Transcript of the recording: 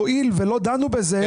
הואיל ולא דנו בזה.